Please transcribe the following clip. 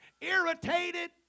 irritated